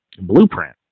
blueprint